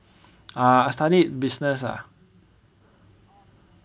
ah I studied business ah